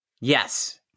Yes